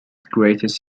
greatest